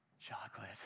chocolate